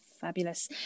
Fabulous